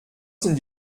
sind